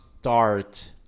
start